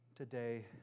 Today